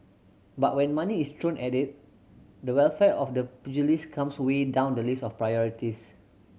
but when money is thrown at it the welfare of the pugilist comes way down the list of priorities